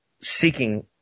seeking